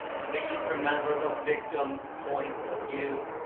please remember the victim's point of view.